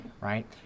right